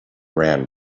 ran